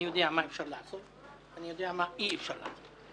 אני יודע מה אפשר לעשות ואני יודע מה אי-אפשר לעשות.